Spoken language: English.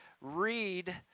read